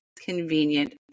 convenient